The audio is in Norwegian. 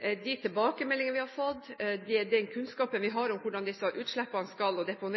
de tilbakemeldingene vi har fått, og den kunnskapen vi har